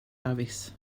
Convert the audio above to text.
dafis